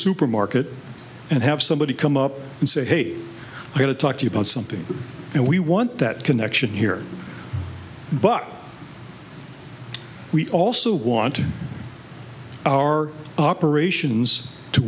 supermarket and have somebody come up and say hey we're going to talk to you about something and we want that connection here but we also want our operations to